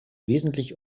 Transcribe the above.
wesentlich